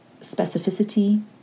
specificity